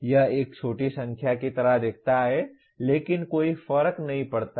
यह एक छोटी संख्या की तरह दिखता है लेकिन कोई फर्क नहीं पड़ता